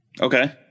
okay